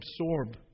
absorb